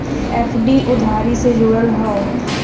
FD उधारी से जुड़ल हौ